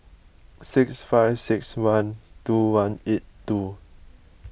six five six one two one eight two